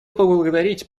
поблагодарить